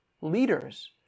leaders